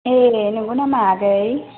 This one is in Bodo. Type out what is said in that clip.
ए नंगौ नामा आगै